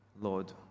Lord